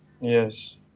Yes